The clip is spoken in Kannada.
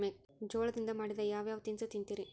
ಜೋಳದಿಂದ ಮಾಡಿದ ಯಾವ್ ಯಾವ್ ತಿನಸು ತಿಂತಿರಿ?